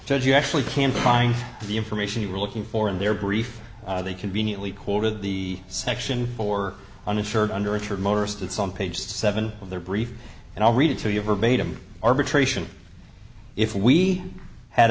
judge you actually can find the information you were looking for in their brief they conveniently quoted the section for uninsured under richard motorist it's on page seven of their brief and i'll read it to you verbatim arbitration if we had